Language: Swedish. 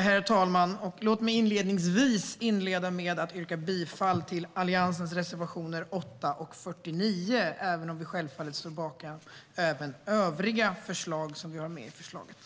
Herr talman! Låt mig inledningsvis yrka bifall till Alliansens reservationer 8 och 49. Vi står självfallet bakom även övriga förslag i betänkandet.